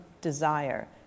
desire